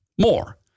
more